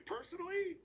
Personally